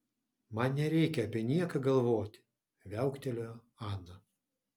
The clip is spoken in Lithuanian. man nereikia apie nieką galvoti viauktelėjo ana